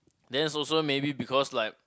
then is also maybe because like